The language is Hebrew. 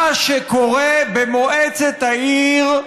מה שקורה במועצת העיר,